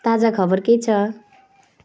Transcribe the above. ताजा खबर के छ